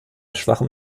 schwachem